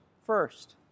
first